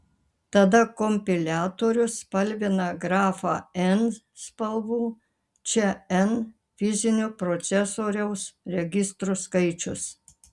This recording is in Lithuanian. tada kompiliatorius spalvina grafą n spalvų čia n fizinių procesoriaus registrų skaičius